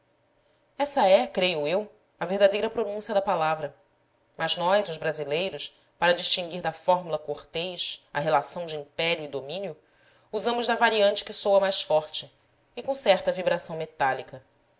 essa é creio eu a verdadeira pronúncia da palavra mas nós os brasileiros para distinguir da fórmula cortês a relação de império e domínio usamos da variante que soa mais forte e com certa vibração metálica